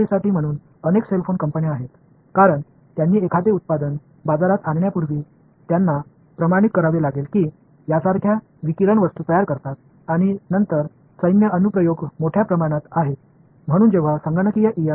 ஏராளமான செல்போன் நிறுவனங்கள் அதனால்தான் கணக்கீட்டு EM நபர்களைப் வேலையில் வைத்துள்ளனர் ஏனெனில் அவர்கள் சந்தையில் ஒரு பொருளை வி்ற்பதற்கு முன்பு எது போன்ற கதிர்வீச்சு விஷயங்களை உருவாக்குகிறது என்பதை அவர்கள் சான்றளிக்க வேண்டும்